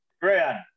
Brian